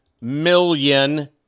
million